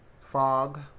fog